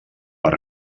per